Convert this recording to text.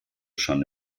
schon